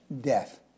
Death